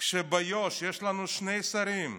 כשביו"ש יש לנו שני שרים,